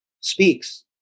speaks